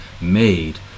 made